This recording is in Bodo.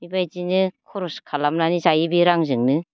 बेबायदिनो खरस खालामनानै जायो बे रांजोंनो